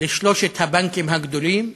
לשלושת הבנקים הגדולים,